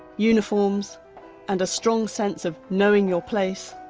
uniforms and a strong sense of knowing your place.